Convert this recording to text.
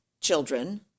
children